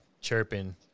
chirping